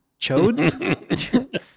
Chodes